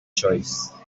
choice